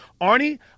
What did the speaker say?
Arnie